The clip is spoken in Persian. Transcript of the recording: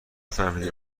فهمیدی